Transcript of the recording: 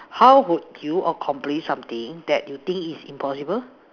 how would you accomplish something that you think is impossible